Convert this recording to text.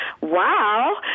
wow